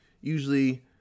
usually